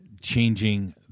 changing